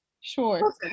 Sure